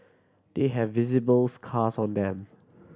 they have visible scars on them